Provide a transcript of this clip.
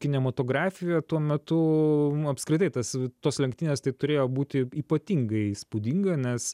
kinematografija tuo metu apskritai tas tos lenktynės tai turėjo būti ypatingai įspūdinga nes